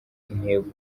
intego